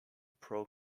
pro